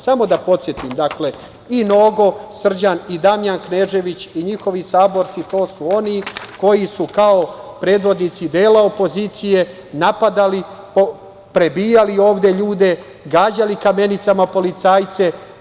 Samo da podsetim, dakle, i Srđan Nogo i Damjan Knežević i njihovi saborci, to su oni koji su kao predvodnici dela opozicije napadali, prebijali ovde ljude, gađali kamenicama policajce.